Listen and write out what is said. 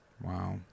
wow